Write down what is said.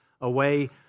away